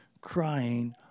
crying